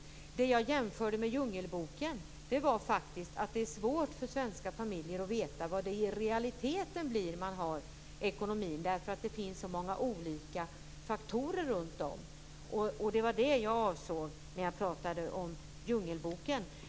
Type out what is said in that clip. Vad jag menade med jämförelsen med djungelboken var att det faktiskt är svårt för svenska familjer att veta hur ekonomin blir i realiteten, därför att det finns så många olika faktorer runt om den. Det var det jag avsåg när jag talade om djungelboken.